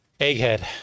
egghead